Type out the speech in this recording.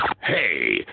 Hey